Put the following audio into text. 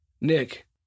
Nick